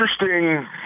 interesting